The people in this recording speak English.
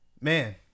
Man